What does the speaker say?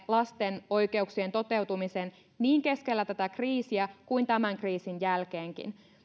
lasten oikeuksien toteutumisen niin keskellä tätä kriisiä kuin tämän kriisin jälkeenkin